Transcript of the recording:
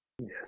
Yes